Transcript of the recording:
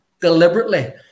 deliberately